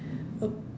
a